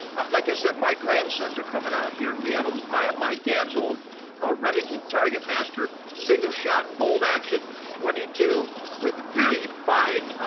like i said, my grandsons are coming out here and we have my have my dad's old ah remington target master single-shot bold action twenty two with really fine